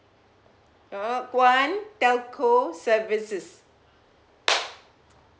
call one telco services